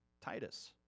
Titus